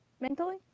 mentally